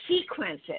sequences